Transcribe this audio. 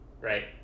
right